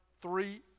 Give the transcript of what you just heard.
three